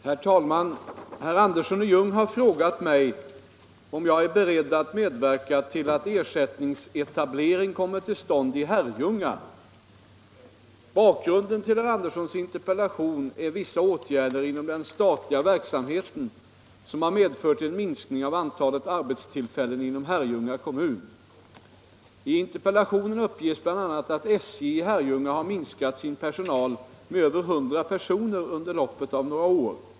Herr talman! Herr Andersson i Ljung har frågat mig om jag är beredd att medverka till att ersättningsetablering kommer till stånd i Herrljunga. Bakgrunden till herr Anderssons interpellation är vissa åtgärder inom den statliga verksamheten som har medfört en minskning av antalet arbetstillfällen inom Herrljunga kommun. I interpellationen uppges bl.a. att SJ i Herrljunga har minskat sin personal med över 100 personer under loppet av några år.